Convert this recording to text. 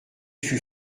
fût